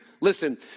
listen